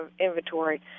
inventory